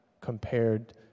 compared